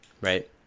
Right